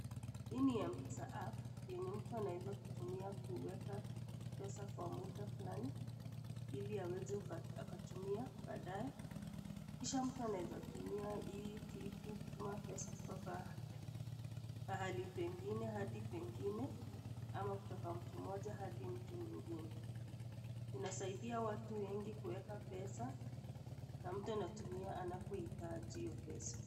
Hii ni Mpesa app yenye mtu anaeza kutumia kuweka pesa kwa muda fulani ili aweze akatumia baadae. Kisha mtu anaweza tumia hii kitu kutuma pesa kutoka pahali pengine hadi pengine ama kutoka mtu mmoja hadi mwingine. Inasaidia watu wengi kuweka pesa na mtu anatumia anapohitaji hio pesa.